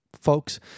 folks